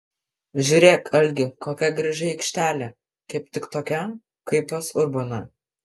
žiūrėk algi kokia graži aikštelė kaip tik tokia kaip pas urboną